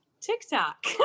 TikTok